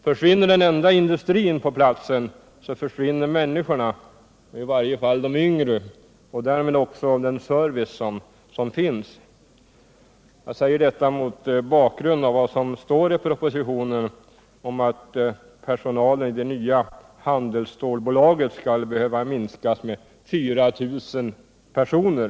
Försvinner den enda industrin på platsen, så försvinner också människorna, i varje fall de yngre, och därmed också den service som finns. Jag säger detta mot bakgrund av vad som står i propositionen om att personalen i det nya handelsstålbolaget skall behöva minskas med 4000 personer.